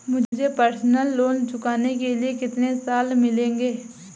मुझे personal loan चुकाने के लिए कितने साल मिलेंगे?